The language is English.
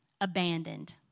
abandoned